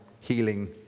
healing